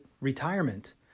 retirement